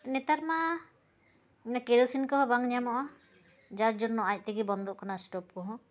ᱱᱮᱛᱟᱨ ᱢᱟ ᱠᱮᱨᱳᱥᱤᱱ ᱠᱚᱦᱚᱸ ᱵᱟᱝ ᱧᱟᱢᱚᱜᱼᱟ ᱡᱟᱨ ᱡᱚᱱᱱᱚ ᱟᱡᱛᱮ ᱜᱮ ᱵᱚᱱᱫᱚᱜ ᱠᱟᱱᱟ ᱥᱴᱳᱵᱷ ᱠᱚᱦᱚᱸ